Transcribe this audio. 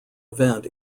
event